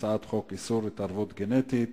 חוק איסור התערבות גנטית